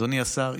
אדוני השר,